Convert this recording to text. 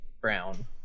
brown